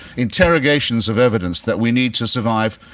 interrogations of evidence that we need to survive,